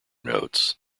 notes